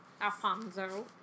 Alfonso